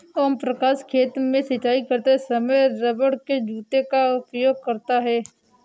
ओम प्रकाश खेत में सिंचाई करते समय रबड़ के जूते का उपयोग करता है